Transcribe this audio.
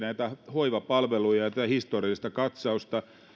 hoivapalveluja ja tätä historiallista katsausta